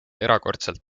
erakordselt